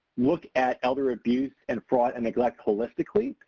look at elder abuse and fraud and neglect holistically.